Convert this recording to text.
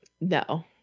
No